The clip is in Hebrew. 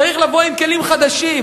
צריך לבוא עם כלים חדשים,